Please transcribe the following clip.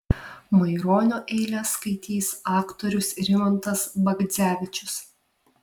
maironio eiles skaitys aktorius rimantas bagdzevičius